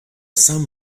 some